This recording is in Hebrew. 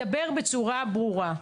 דבר בצורה ברורה.